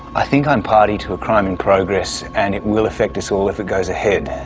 i think i'm party to a crime-in-progress, and it will affect us all if it goes ahead.